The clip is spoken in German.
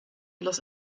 los